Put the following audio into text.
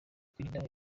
kwirinda